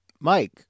Mike